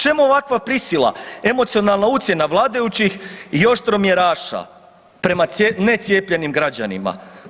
Čemu ovakva prisila, emocionalna ucjena vladajućih i oštromjeraša prema necijepljenim građanima?